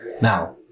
Now